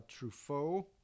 Truffaut